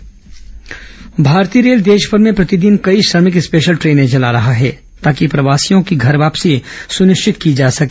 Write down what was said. rail मंत्रालय अपील भारतीय रेल देशभर में प्रतिदिन कई श्रभिक स्पेशल ट्रेनें चला रहा है ताकि प्रवासियों की घर वापसी सुनिश्चित की जा सके